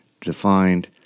defined